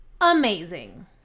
amazing